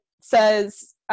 says